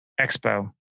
Expo